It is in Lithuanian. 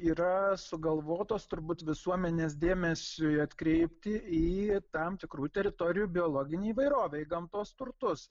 yra sugalvotos turbūt visuomenės dėmesiui atkreipti į tam tikrų teritorijų biologinei įvairovei gamtos turtus